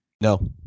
no